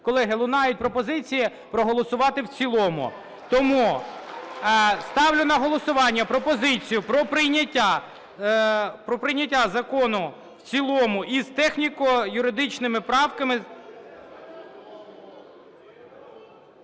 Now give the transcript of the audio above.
Колеги, лунають пропозиції проголосувати в цілому. Тому ставлю на голосування пропозицію про прийняття закону в цілому із техніко-юридичними правками…